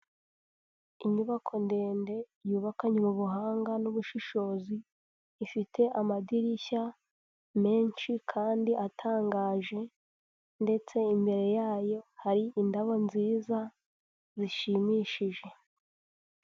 Inyubako ndende yubakanywe ubuhanga n'ubushishozi, ifite amadirishya menshi kandi atangaje ndetse imbere yayo hari indabo nziza zishimishije.